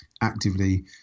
actively